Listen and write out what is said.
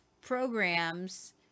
programs